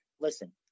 Listen